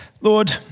Lord